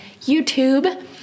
YouTube